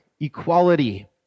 equality